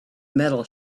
metal